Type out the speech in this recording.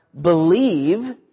believe